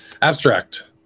Abstract